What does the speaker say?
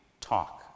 talk